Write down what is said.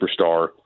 superstar